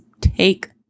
take